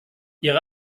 ihre